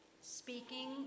speaking